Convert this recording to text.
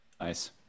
nice